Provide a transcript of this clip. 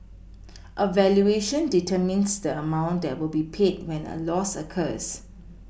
a valuation determines the amount that will be paid when a loss occurs